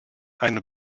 eine